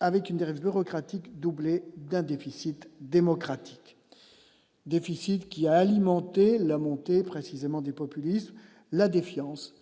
avec une dérive bureaucratique, doublé d'un déficit démocratique déficit qui a alimenté la montée précisément du populisme, la défiance